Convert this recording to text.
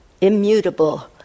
immutable